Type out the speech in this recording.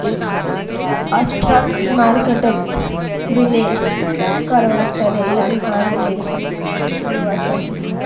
stock मार्केटोत निवेश कारवार तने जानकारी ले लुआ चाछी